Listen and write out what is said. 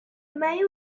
main